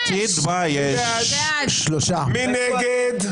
מי נגד?